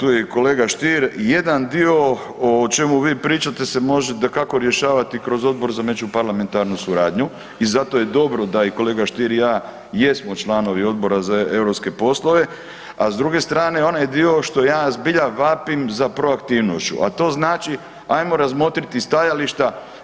Evo, tu je i kolega Stier, jedan dio o čemu vi pričate se može dakako rješavati kroz Odbor za međuparlamentarnu suradnju i zato je dobro da i kolega Stier i ja jesmo članovi Odbora za europske poslove, a s druge strane onaj dio što ja zbilja vapim za proaktivnošću, a to znači ajmo razmotriti stajališta.